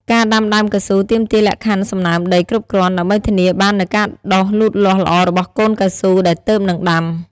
ការដាំដើមកៅស៊ូទាមទារលក្ខខណ្ឌសំណើមដីគ្រប់គ្រាន់ ដើម្បីធានាបាននូវការដុះលូតលាស់ល្អរបស់កូនកៅស៊ូដែលទើបនឹងដាំ។